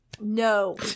no